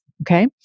Okay